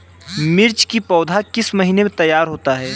मिर्च की पौधा किस महीने में तैयार होता है?